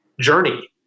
journey